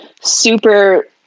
super